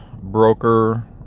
broker